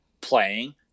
playing